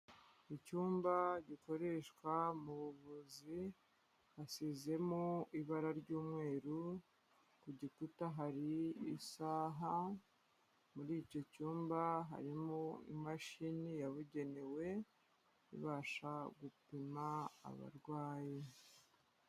Mu cyumba gikoreshwa mu buvuzi, hasizemo ibara ry'umweru, ku gikuta hari isaha, muri icyo cyumba harimo imashini yabugenewe, ibasha gupima abarwayi.